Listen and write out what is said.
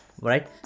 Right